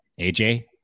aj